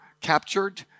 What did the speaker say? captured